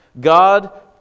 God